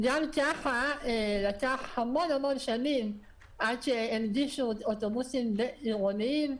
גם ככה לקח המון המון שנים עד שהנגישו אוטובוסים עירוניים.